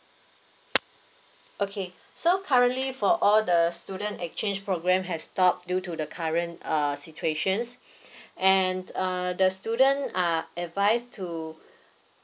okay so currently for all the student exchange program has stop due to the current err situation and err the student err advised to